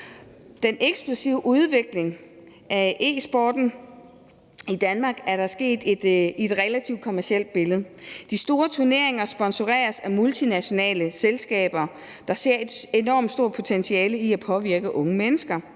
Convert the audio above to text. Den eksplosive udvikling af e-sporten i Danmark er sket i et relativt kommerciel billede. De store turneringer sponsoreres af multinationale selskaber, der ser et enormt stort potentiale i at påvirke unge mennesker.